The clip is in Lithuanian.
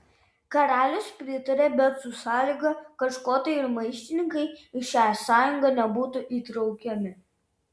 karalius pritaria bet su sąlyga kad škotai ir maištininkai į šią sąjungą nebūtų įtraukiami